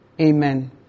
Amen